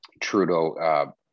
Trudeau